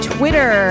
Twitter